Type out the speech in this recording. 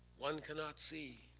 one cannot see.